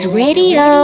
radio